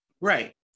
right